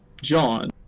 John